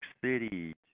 City